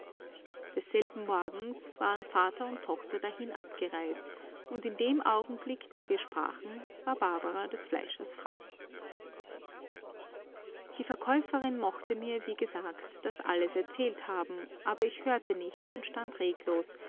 desselben morgens waren vater und tochter dahin abgereist und in dem augenblick da wir sprachen war barbara des fleischers frau die verkäuferin mochte mir wie gesagt das alles erzählt haben aber ich hörte nicht und stand